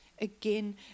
again